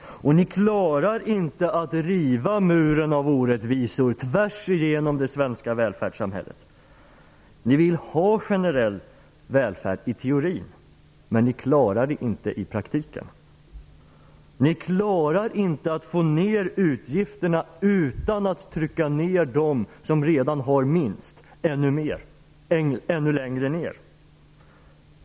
Ni klarar inte att riva muren av orättvisor tvärsigenom det svenska välfärdssamhället. Ni vill ha generell välfärd i teorin, men ni klarar den inte i praktiken. Ni klarar inte att få ned utgifterna utan att ännu längre trycka ned dem som redan har minst.